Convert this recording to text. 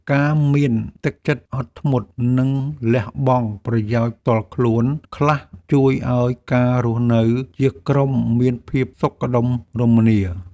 ការមានទឹកចិត្តអត់ធ្មត់ និងលះបង់ប្រយោជន៍ផ្ទាល់ខ្លួនខ្លះជួយឱ្យការរស់នៅជាក្រុមមានភាពសុខដុមរមនា។